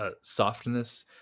softness